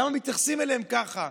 למה מתייחסים אליהם ככה,